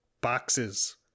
boxes